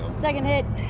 second hit.